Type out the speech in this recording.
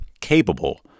capable